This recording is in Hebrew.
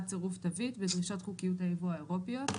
צירוף תווית בדרישות חוקיות הייבוא האירופיות,